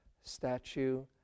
statue